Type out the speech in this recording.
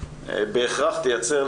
בהכרח תייצר,